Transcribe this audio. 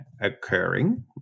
occurring